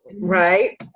right